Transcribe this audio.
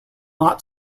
not